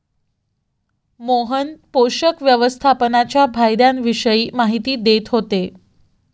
मोहन पोषक व्यवस्थापनाच्या फायद्यांविषयी माहिती देत होते